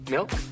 Milk